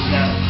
Now